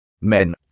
Men